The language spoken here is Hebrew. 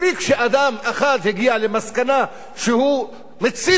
מספיק שאדם אחד הגיע למסקנה שהוא מצית